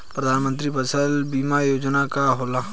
प्रधानमंत्री फसल बीमा योजना का होखेला?